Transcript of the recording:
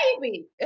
baby